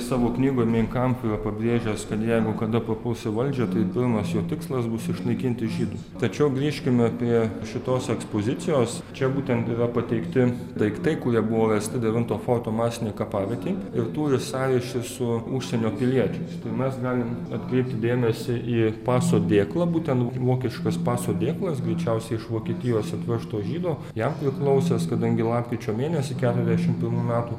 savo knygoj mein kamf yra pabrėžęs kad jeigu kada papuls į valdžią tai pirmas jo tikslas bus išnaikinti žydus tačiau grįžkime prie šitos ekspozicijos čia būtent yra pateikti daiktai kurie buvo rasti devinto forto masinėj kapavietėj ir turi sąryšį su užsienio piliečiais tai mes galim atkreipti dėmesį į paso dėklą būtent vokiškas paso dėklas greičiausiai iš vokietijos atvežto žydo jam priklausęs kadangi lapkričio mėnesį keturiasdešim pirmų metų